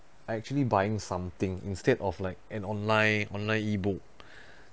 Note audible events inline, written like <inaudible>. I actually buying something instead of like an online online E_book <breath>